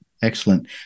Excellent